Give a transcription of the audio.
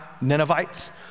Ninevites